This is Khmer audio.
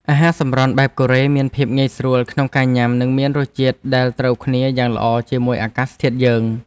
អាហារសម្រន់បែបកូរ៉េមានភាពងាយស្រួលក្នុងការញ៉ាំនិងមានរសជាតិដែលត្រូវគ្នាយ៉ាងល្អជាមួយអាកាសធាតុយើង។